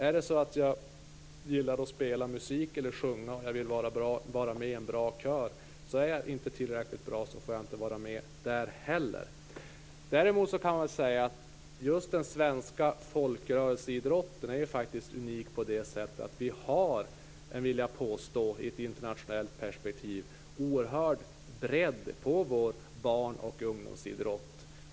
Om jag gillar att sjunga och vill vara med i en bra kör, så får jag inte vara med där om jag inte är tillräckligt bra. Just den svenska folkrörelseidrotten är unik just för att vi i ett internationellt perspektiv har en oerhörd bredd på barn och ungdomsidrotten.